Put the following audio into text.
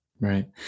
Right